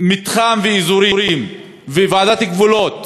למתחם ואזורים וועדת גבולות